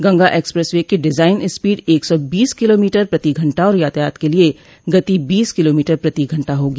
Ganga expressway की design speed एक सौ बीस किलोमीटर प्रति घंटा और यातायात के लिये गति बीस किलोमीटर प्रति घंटा होगी